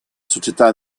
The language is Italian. società